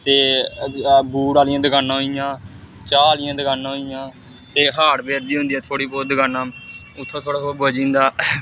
ते बूट आह्लियां दकानां होई गेइयां चाह् आह्लियां दकानां होई गेइयां ते हार्डवेयर दियां होंदियां थोह्ड़ी बहुत दकानां उत्थे थोह्ड़ा बहुत बची जंदा